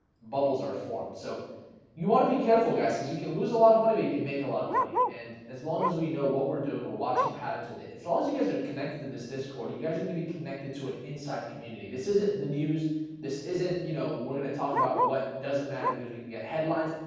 bubbles are formed so you want to be careful guys because you can lose a lot of money but you can make a lot of money and as long as we know what we're doing we're watching pattern and as long as you guys are connected to this discord you guys are gonna be connected to an inside community this isn't the news this isn't you know we're gonna talk about what doesn't matter because we can get headlines?